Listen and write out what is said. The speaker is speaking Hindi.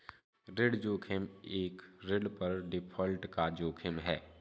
ऋण जोखिम एक ऋण पर डिफ़ॉल्ट का जोखिम है